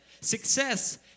success